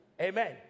Amen